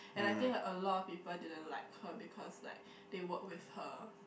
and I think like a lot of people didn't like her because like they work with her